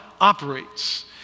operates